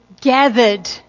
gathered